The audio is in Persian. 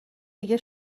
دیگه